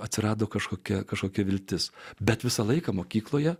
atsirado kažkokia kažkokia viltis bet visą laiką mokykloje